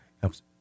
helps